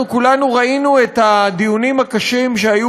אנחנו כולנו ראינו את הדיונים הקשים שהיו